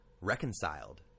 reconciled